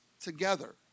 together